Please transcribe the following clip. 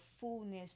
fullness